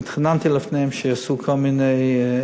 והתחננתי לפניהם שיעשו כל מיני,